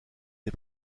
des